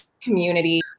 community